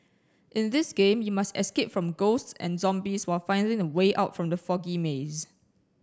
in this game you must escape from ghosts and zombies while finding the way out from the foggy maze